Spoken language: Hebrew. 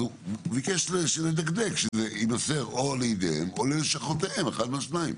אז הוא ביקש לדקדק שזה יימסר או לילדיהם או לשכותיהם אחד מהשניים,